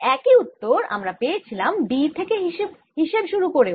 এই একই উত্তর আমরা পেয়েছিলাম B থেকে হিসেব শুরু করে